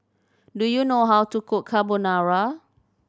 do you know how to cook Carbonara